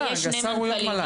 אבל יש שני מנכ"לים,